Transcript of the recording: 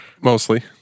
Mostly